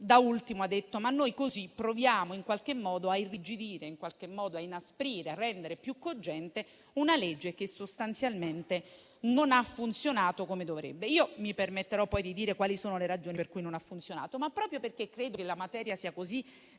da ultimo ha detto che con questo testo proviamo in qualche modo a irrigidire, a inasprire e a rendere più cogente una legge che sostanzialmente non ha funzionato come dovrebbe. Mi permetterò poi di dire quali sono le ragioni per cui non ha funzionato, ma, proprio perché credo che la materia sia così